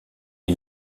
est